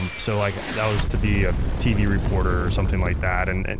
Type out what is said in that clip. um so like that was to be a tv reporter or something like that. and and